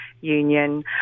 Union